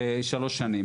שלוש שנים.